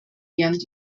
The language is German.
während